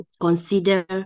consider